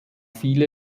viele